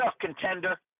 contender